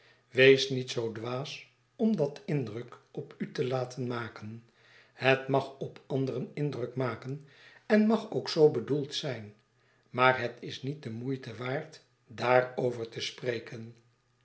wees niet zoo dwaas om dat indruk op u te laten maken het mag op anderen indruk maken en mag ook zoo bedoeld zijn maar het is niet de moeite waard daarover te spreken